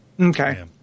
Okay